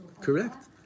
Correct